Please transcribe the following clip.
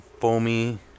foamy